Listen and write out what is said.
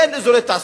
אין אזורי תעסוקה,